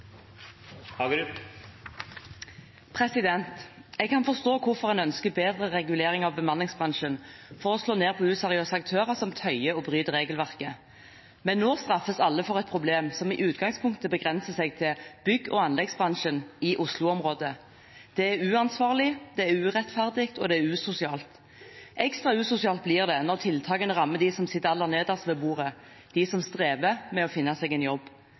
Jeg kan forstå hvorfor en ønsker bedre regulering av bemanningsbransjen for å slå ned på useriøse aktører som tøyer og bryter regelverket. Men nå straffes alle for et problem som i utgangspunktet begrenset seg til bygg- og anleggsbransjen i Oslo-området. Det er uansvarlig, det er urettferdig, og det er usosialt. Ekstra usosialt blir det når tiltakene rammer de som sitter aller nederst ved bordet, de som strever med å finne seg en jobb.